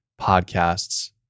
podcasts